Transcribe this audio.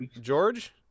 George